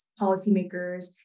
policymakers